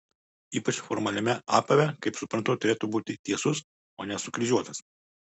ypač formaliame apave kaip suprantu turėtų būti tiesus o ne sukryžiuotas